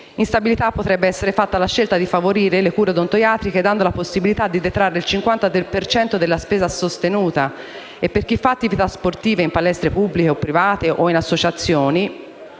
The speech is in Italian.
stabilità potrebbe essere fatta la scelta di favorire le cure odontoiatriche, dando la possibilità di detrarre il 53 per cento della spesa sostenuta e per chi fa attività sportive in palestre pubbliche o private o in associazioni